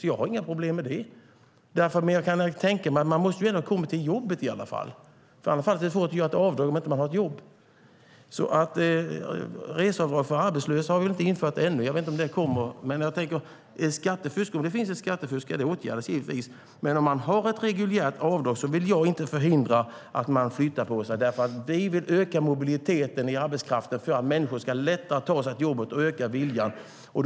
Det har jag inga problem med. Jag kan tänka mig att människor i varje fall måste komma till jobbet. Det är svårt att göra ett avdrag om man inte har ett jobb. Reseavdrag för arbetslösa har vi inte infört ännu, och jag vet inte om det kommer. Om det finns ett skattefusk ska det givetvis åtgärdas. Men om det finns ett reguljärt avdrag vill jag inte förhindra att människor flyttar på sig. Vi vill öka mobiliteten i arbetskraften för att människor lättare ska ta sig till jobbet och öka viljan att arbeta.